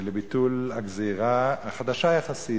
לביטול הגזירה, החדשה יחסית,